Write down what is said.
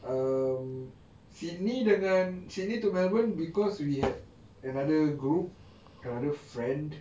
um sydney dengan sydney to melbourne because we had another group another friend